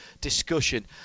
discussion